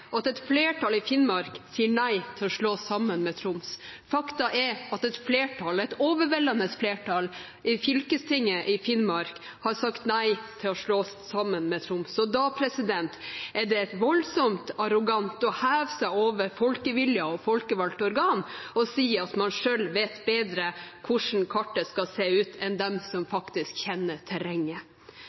er at et flertall i Finnmark sier nei til å slås sammen med Troms. Faktum er at et flertall – et overveldende flertall – i fylkestinget i Finnmark har sagt nei til å slå seg sammen med Troms. Da er det voldsomt arrogant å heve seg over folkeviljen og folkevalgte organ og si at man selv vet bedre hvordan kartet skal se ut, enn dem som faktisk kjenner terrenget.